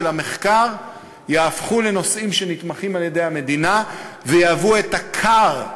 המחקר יהפכו לנושאים שנתמכים על-ידי המדינה ויהיו הכר,